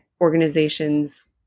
organizations